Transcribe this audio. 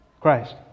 Christ